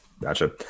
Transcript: gotcha